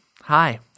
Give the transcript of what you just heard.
Hi